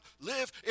live